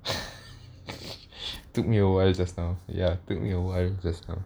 took me a while just now took me a while just now